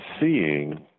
seeing